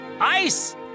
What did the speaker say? Ice